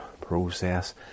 process